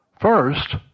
first